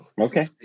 Okay